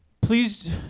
Please